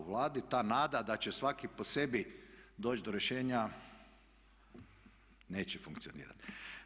A u Vladi ta nada da će svaki po sebi doći do rješenja neće funkcionirati.